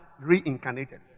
reincarnated